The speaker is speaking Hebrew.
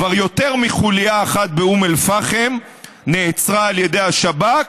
כבר יותר מחוליה אחת באום אל-פחם נעצרה על ידי השב"כ,